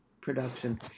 production